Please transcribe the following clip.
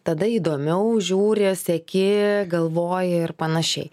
tada įdomiau žiūri seki galvoji ir panašiai